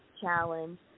challenge